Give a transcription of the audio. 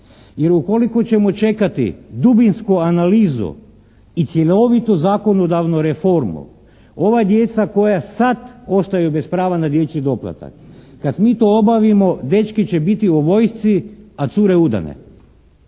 jer ukoliko ćemo čekati dubinsku analizu i cjelovitu zakonodavnu reformu ova djeca koja sada ostaju bez prava na dječji doplatak kad mi to obavimo dečki će biti u vojsci a cure udane.